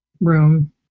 room